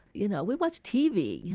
you know we'd watch tv.